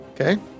Okay